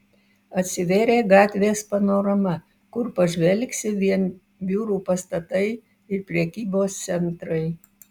atsivėrė gatvės panorama kur pažvelgsi vien biurų pastatai ir prekybos centrai